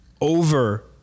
over